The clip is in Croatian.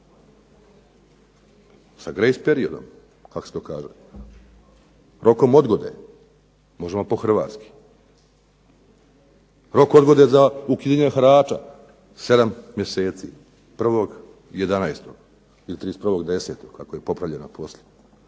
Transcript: sa grace periodom kako se kaže, rokom odgode, možemo po hrvatski. Rok odgode za ukidanje harača 7 mjeseci. 1.11. ili 31.10. kako je popravljeno poslije.